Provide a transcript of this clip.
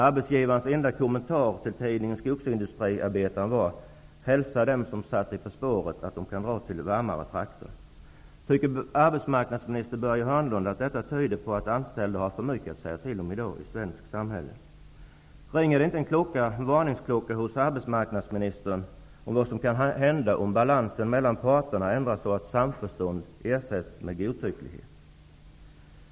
Arbetsgivarens enda kommentar till tidningen Skogsindustriarbetaren var: Hälsa dem som har satt dig på spåret att de kan dra till varmare trakter! Tycker arbetsmarknadsministern att detta tyder på att de anställda har för mycket att säga till om i dagens svenska samhälle? Ringer det inte en varningsklocka hos arbetsmarknadsministern inför vad som kan hända, om balansen mellan parterna ändras så, att samförstånd ersätts med godtycklighet?